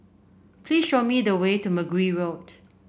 please show me the way to Mergui Road